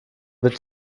bitte